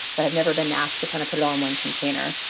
but i've never been asked to kind of put it all in one container.